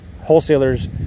wholesalers